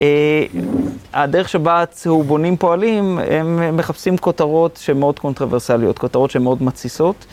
הדרך שבה צהובונים פועלים, הם מחפשים כותרות שמאוד קונטרברסליות, כותרות שמאוד מתסיסות.